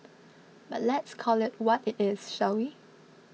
but let's call it what it is shall we